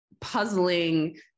puzzling